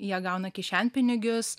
jie gauna kišenpinigius